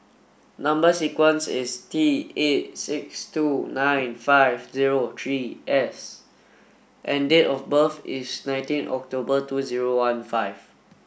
number sequence is T eight six two nine five zero three S and date of birth is nineteen October two zero one five